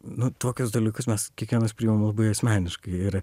nu tuokius dalykus mes kiekvienas priimam labai asmeniškai ir